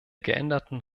geänderten